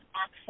access